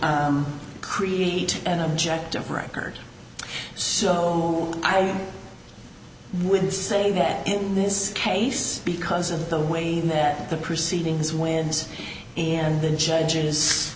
to create an object of record so i would say that in this case because of the way that the proceedings winds and the judge